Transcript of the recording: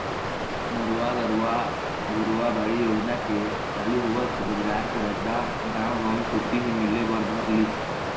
नरूवा, गरूवा, घुरूवा, बाड़ी योजना के चालू होवत ही रोजगार के रद्दा गाँव गंवई कोती ही मिले बर धर लिस